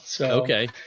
Okay